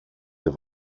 det